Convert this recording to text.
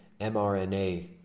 mRNA